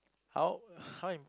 how how im~